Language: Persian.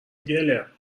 گلر